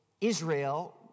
Israel